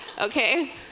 Okay